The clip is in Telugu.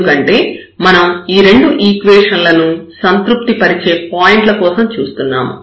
ఎందుకంటే మనం ఈ రెండు ఈక్వేషన్ లను సంతృప్తి పరిచే పాయింట్ల కోసం చూస్తున్నాము